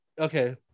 okay